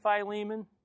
Philemon